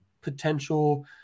potential